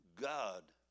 God